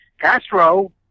Castro